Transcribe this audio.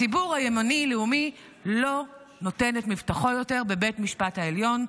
הציבור הימני לאומי לא נותן את מבטחו יותר בבית המשפט העליון.